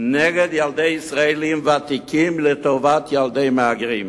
נגד ילדי ישראלים ותיקים לטובת ילדי מהגרים".